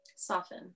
Soften